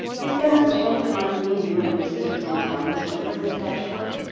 is there no chance of my seeing you and your sisters in town this winter, miss dashwood?